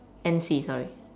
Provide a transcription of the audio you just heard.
N_C sorry